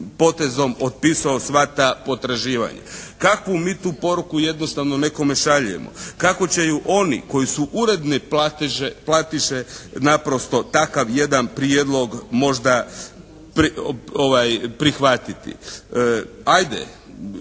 potezom otpisao sva ta potraživanja. Kakvu mi to poruku jednostavno nekome šaljemo? Kako će oni koji su uredne platiše naprosto takav jedan prijedlog možda prihvatiti. Hajde,